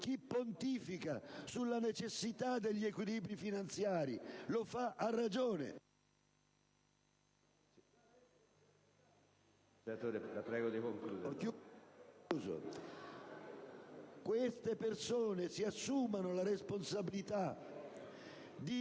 chi pontifica sulla necessità degli equilibri finanziari lo fa a ragione: queste persone si assumano la responsabilità di